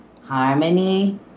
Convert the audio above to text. harmony